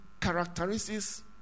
characteristics